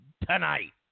Tonight